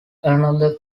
another